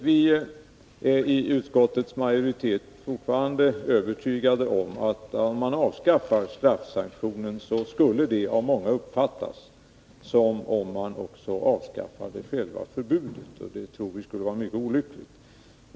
Herr talman! Jag skall fatta mig mycket kort. Vi i utskottsmajoriteten är fortfarande övertygade om att ett avskaffande av straffsanktionen av många skulle uppfattas som om man också avskaffade själva förbudet, och det vore mycket olyckligt.